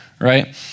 right